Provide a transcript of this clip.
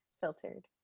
filtered